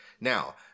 Now